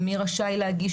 איך להגיש